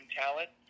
talent